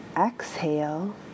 Exhale